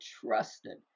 trusted